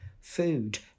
food